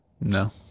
No